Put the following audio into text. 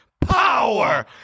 power